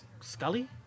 Scully